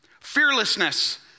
fearlessness